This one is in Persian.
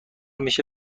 میشه